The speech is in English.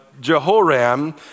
Jehoram